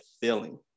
feeling